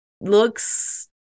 looks